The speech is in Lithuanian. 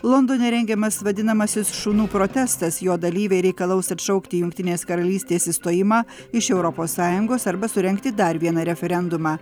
londone rengiamas vadinamasis šunų protestas jo dalyviai reikalaus atšaukti jungtinės karalystės išstojimą iš europos sąjungos arba surengti dar vieną referendumą